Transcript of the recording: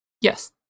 Yes